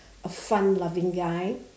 a fun loving guy